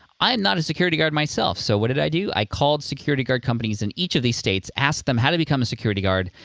i am not a security guard myself so what did i do? i called security guard companies in each of these states, asked them how to become a security guard,